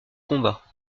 combat